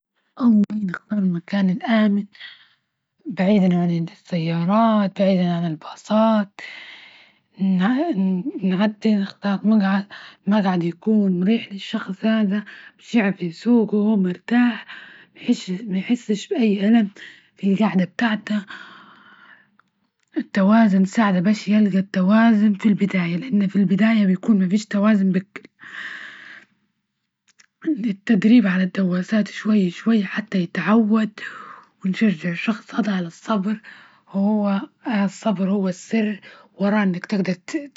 أول نختار المكان الآمن بعيدا عن السيارات، بعيدا عن الباصات، نعدي نختار مجعد -مجعد يكون مريح للشخص هذا، باش يعرف يسوقو وهو مرتاح ،مايحسش -مايحسش بأي ألم في القعدة بتاعته، التوازن ساعدة باش يلقى التوازن في البداية ،لإنه في البداية بيكون مافيش توازن للتدريب على الدواسات شوي شوي حتى يتعود، ونشجع الشخص هذا على الصبر ،وهو الصبر هو السر وراه انك تجدر.